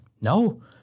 no